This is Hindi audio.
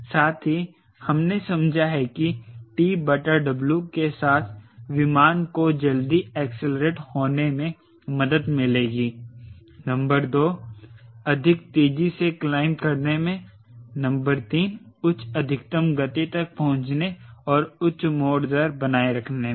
साथ ही हमने समझा है कि उच्च TW के साथ विमान को जल्दी एक्सलरेट होने में मदद मिलेगी नंबर 2 अधिक तेजी से क्लाइंब करने में नंबर 3 उच्च अधिकतम गति तक पहुंचें और उच्च मोड़ दर बनाए रखने में